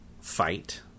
fight